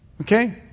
okay